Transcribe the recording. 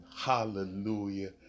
Hallelujah